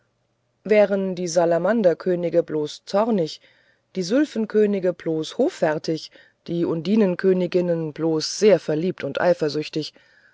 wären die salamanderkönige bloß zornig die sylphenkönige bloß hoffärtig die undinenköniginnen bloß sehr verliebt und eifersüchtig